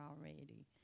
already